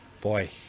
boy